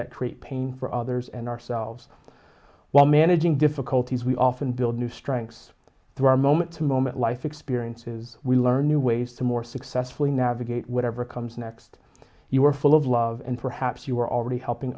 that create pain for others and ourselves while managing difficulties we often build new strengths through our moment to moment life experiences we learn new ways to more successfully navigate whatever comes next you are full of love and perhaps you are already helping